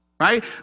right